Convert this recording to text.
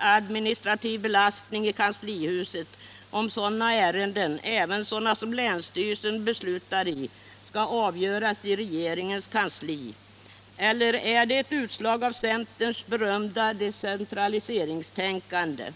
administrativ belastning det innebär för kanslihuset om sådana ärenden — även de som länsstyrelsen beslutar i — skall avgöras i regeringens kansli. Eller är detta ett utslag av centerns berömda decentraliseringstänkande?